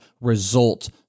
result